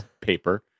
paper